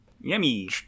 Yummy